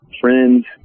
friends